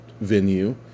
venue